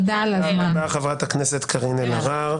תודה רבה, חברת הכנסת קארין אלהרר.